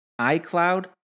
iCloud